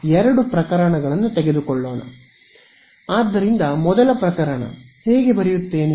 ಆದ್ದರಿಂದ ಮೊದಲ ಪ್ರಕರಣ ಹೇಗೆ ಬರೆಯುತ್ತೇನೆ